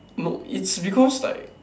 no it's because like